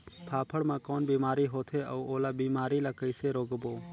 फाफण मा कौन बीमारी होथे अउ ओला बीमारी ला कइसे रोकबो?